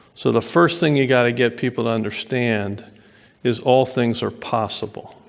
so the first thing you've got to get people to understand is all things are possible.